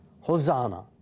Hosanna